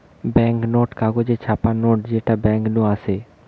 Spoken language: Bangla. বেঙ্ক নোট কাগজে ছাপা নোট যেটা বেঙ্ক নু আসে